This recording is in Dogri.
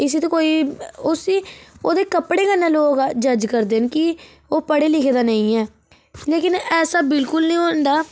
इसी ते कोई उसी ओह्दे कपड़े कन्नै लोग जज करदे न की ओह् पढ़े लिखे दा नेईं ऐ लेकिन ऐसा बिल्कुल नी होंदा